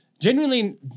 genuinely –